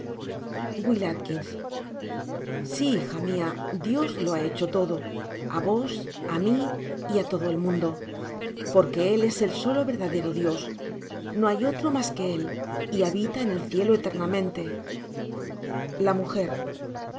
w a sí hija mia dios lo ha hecho tocio á vos á mí y todo lo del mundo porque él es el solo verdadero dios no hay otro mas que él y habita en el cielo eterna mente la